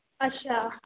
ਅੱਛਾ